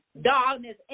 darkness